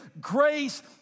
Grace